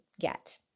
get